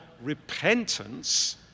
repentance